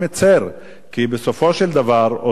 כי בסופו של דבר אותו ראש רשות,